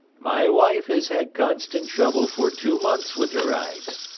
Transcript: my wife has had constant trouble for two months with her eyes,